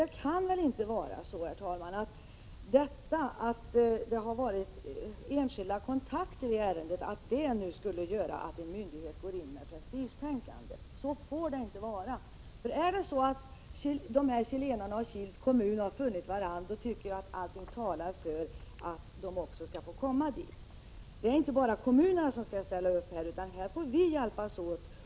Det kan väl inte vara så, herr talman, att det förhållandet att det tagits enskilda kontakter i ärendet förorsakat prestigetänkande inom en myndighet? Så får det inte vara! Har de här chilenarna och Kils kommun funnit varandra, tycker jag att allting talar för att chilenarna skall få komma till Kil. Det är inte bara kommunerna som skall ställa upp. Här måste också vi ställa upp.